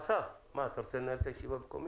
אסף, מה, אתה רוצה לנהל את הישיבה במקומי?